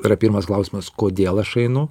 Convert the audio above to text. yra pirmas klausimas kodėl aš einu